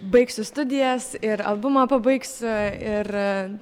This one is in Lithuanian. baigsiu studijas ir albumą pabaigsiu ir